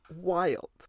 wild